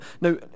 now